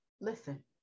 listen